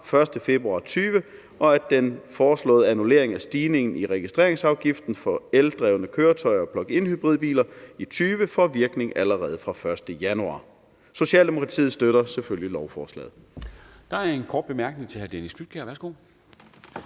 1. februar 2020, og at den foreslåede annullering af stigningen i registreringsafgiften for eldrevne køretøjer og pluginhybridbiler i 2020 får virkning allerede fra den 1. januar. Socialdemokratiet støtter selvfølgelig lovforslaget.